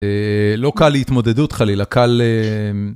לא קל להתמודדות חלילה, קל...